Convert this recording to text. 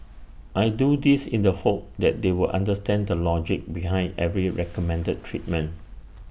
I do this in the hope that they will understand the logic behind every recommended treatment